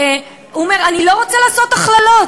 הוא אומר: אני לא רוצה לעשות הכללות,